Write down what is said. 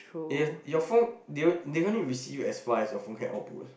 your your phone they they can only receive as far as your phone can output